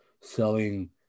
selling